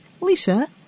Lisa